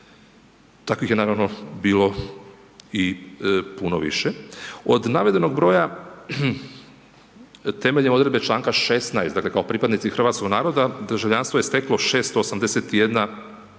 takvih je naravno bilo i puno više. Od navedenog broja temeljem odredbe članka 16. dakle kao pripadnici hrvatskog naroda državljanstvo je steklo 681